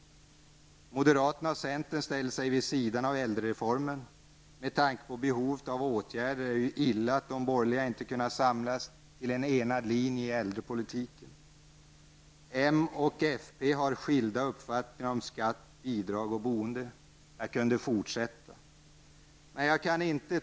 Moderaterna och centern ställer sig vid sidan av äldrereformen. Med tanke på behovet av åtgärder är det illa att de borgerliga inte har kunnat samlas till en gemensam linje i äldrepolitiken. Moderaterna och folkpartiet har skilda uppfattningar om skatt, bidrag och boende. Jag kunde fortsätta.